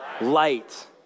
Light